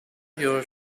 your